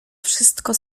wszystko